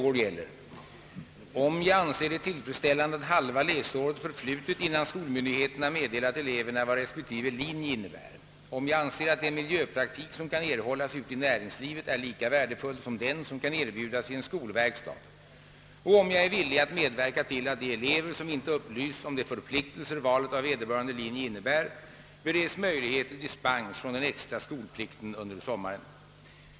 om jag anser det tillfredsställande, att halva läsåret förflutit innan skolmyndigheterna meddelat eleverna vad resp. linje innebär, om jag anser, att den miljöpraktik som kan erhållas ute i näringslivet är lika värdefull som den som kan erbjudas i en skolverkstad, och om jag är villig att medverka till att de elever som inte upplysts om de förpliktelser valet av vederbörande linje innebär, bereds möjlighet till dispens från den extra skolplikten under sommaren.